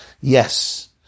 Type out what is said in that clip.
Yes